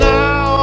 now